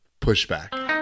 Pushback